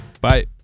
Bye